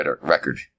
record